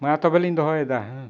ᱢᱟ ᱛᱚᱵᱮ ᱞᱤᱧ ᱫᱚᱦᱚᱭᱮᱫᱟ ᱦᱮᱸ